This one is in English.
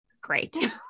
great